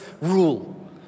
rule